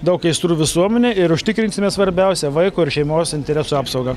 daug aistrų visuomenei ir užtikrinsime svarbiausią vaiko ir šeimos interesų apsaugą